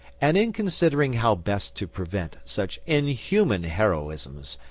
and in considering how best to prevent such inhuman heroisms,